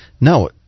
No